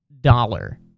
dollar